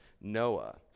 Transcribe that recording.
Noah